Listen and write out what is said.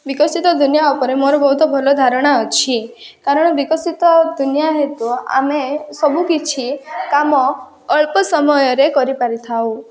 ବିକଶିତ ଦୁନିଆ ଉପରେ ମୋର ବହୁତ ଭଲ ଧାରଣା ଅଛି କାରଣ ବିକଶିତ ଦୁନିଆ ହେତୁ ଆମେ ସବୁ କିଛି କାମ ଅଳ୍ପ ସମୟରେ କରିପାରି ଥାଉ